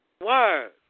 Word